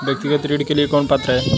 व्यक्तिगत ऋण के लिए कौन पात्र है?